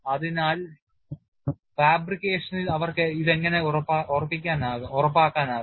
അതിനാൽ ഫാബ്രിക്കേഷനിൽ അവർക്ക് ഇത് എങ്ങനെ ഉറപ്പാക്കാനാകും